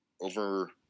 over